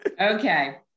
Okay